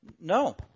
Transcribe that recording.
No